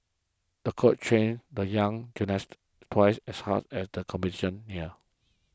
the coach trained the young gymnast twice as hard as the competition neared